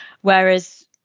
whereas